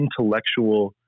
intellectual